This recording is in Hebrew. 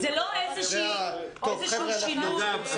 זה לא איזשהו שינוי.